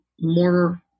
more